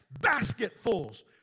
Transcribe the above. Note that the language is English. basketfuls